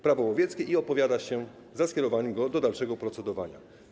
Prawo łowieckie i opowiada się za skierowaniem go do dalszego procedowania.